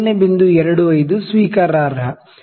25 ಸ್ವೀಕಾರಾರ್ಹ